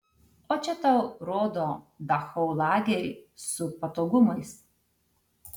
o čia tau rodo dachau lagerį su patogumais